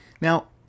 Now